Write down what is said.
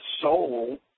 soul